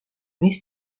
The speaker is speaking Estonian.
mis